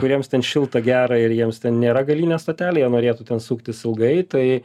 kuriems ten šilta gera ir jiems ten nėra galinė stotelė jie norėtų ten suktis ilgai tai